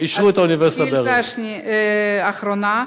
האוניברסיטה אושרה באריאל.